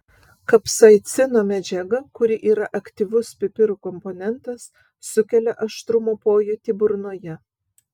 kapsaicino medžiaga kuri yra aktyvus pipirų komponentas sukelia aštrumo pojūtį burnoje